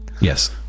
Yes